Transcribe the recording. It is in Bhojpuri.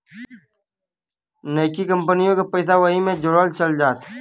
नइकी कंपनिओ के पइसा वही मे जोड़ल चल जात